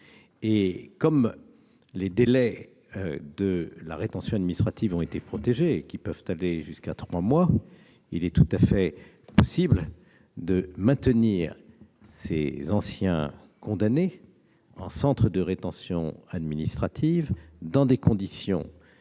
Comme les délais de la rétention administrative ont été protégés- ils peuvent aller jusqu'à trois mois -, il est tout à fait possible de maintenir ces anciens condamnés en centre de rétention administrative dans des conditions